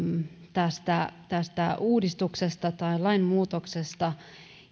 tästä tästä uudistuksesta tai lainmuutoksesta